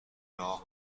راه